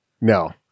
no